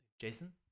Jason